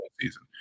season